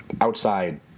outside